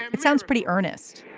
it sounds pretty earnest.